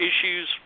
issues